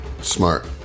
Smart